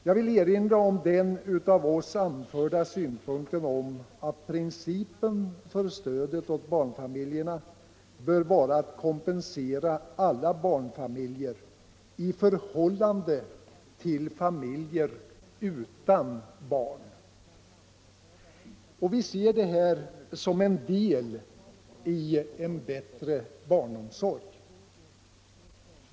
Jag vill erinra om den av oss anförda synpunkten att principen för stödet åt barnfamiljerna bör vara att kompensera alla barnfamiljer i förhållande till familjer utan barn. Vi ser detta som en del i en bättre barnomsorg.